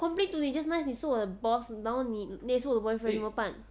complain to 你 just nice 你是我的 boss 然后你也是我的 boyfriend 怎么办